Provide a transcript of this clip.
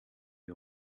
die